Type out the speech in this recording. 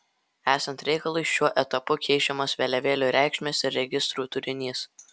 esant reikalui šiuo etapu keičiamos vėliavėlių reikšmės ir registrų turinys